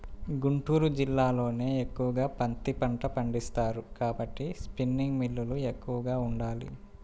గుంటూరు జిల్లాలోనే ఎక్కువగా పత్తి పంట పండిస్తారు కాబట్టి స్పిన్నింగ్ మిల్లులు ఎక్కువగా ఉండాలి